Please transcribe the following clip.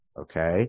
Okay